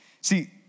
See